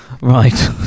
Right